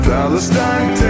Palestine